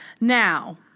Now